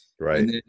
Right